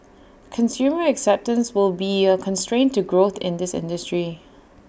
consumer acceptance will be A constraint to growth in this industry